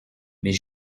mais